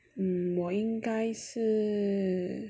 hmm 我应该是